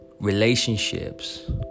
relationships